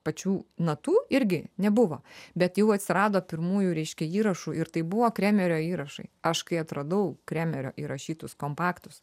pačių natų irgi nebuvo bet jau atsirado pirmųjų reiškia įrašų ir tai buvo kremerio įrašai aš kai atradau kremerio įrašytus kompaktus